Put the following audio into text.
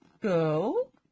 go